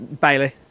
Bailey